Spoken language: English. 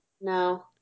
No